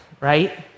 right